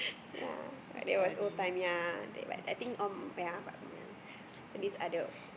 ya that was old time ya they were nothing on ya ya these are they